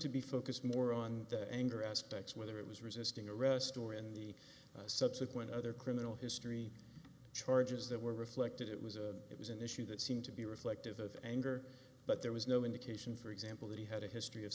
to be focused more on the anger aspects whether it was resisting arrest or in the subsequent other criminal history charges that were reflected it was a it was an issue that seemed to be reflective of anger but there was no indication for example that he had a history of